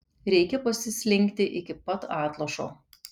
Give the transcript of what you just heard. reikia pasislinkti iki pat atlošo